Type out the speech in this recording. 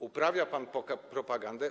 Uprawiał pan propagandę.